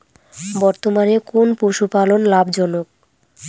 বর্তমানে কোন পশুপালন লাভজনক?